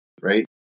right